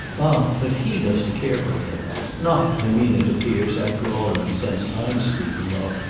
ah but he doesn't care for her not, i mean, it appears, after all, in the sense i'm speaking of.